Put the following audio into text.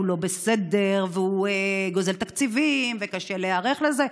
לא בסדר והוא גוזל תקציבים וקשה להיערך לזה.